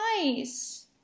nice